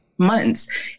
months